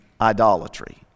idolatry